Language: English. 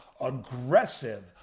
aggressive